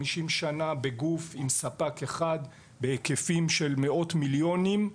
שנה בגוף עם ספק אחד בהיקפים של מאות מיליונים,